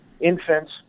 infants